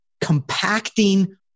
compacting